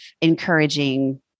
encouraging